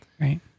Right